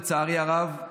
לצערי הרב,